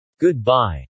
Goodbye